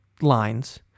lines